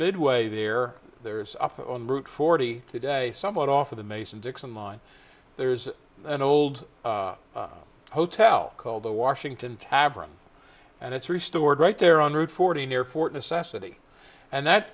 midway there there is up on route forty today somewhat off of the mason dixon line there's an old hotel called the washington tavern and it's restored right there on route forty near fort necessity and that